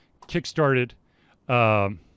kickstarted